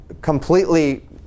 completely